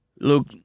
look